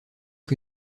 que